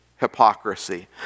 hypocrisy